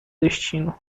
destino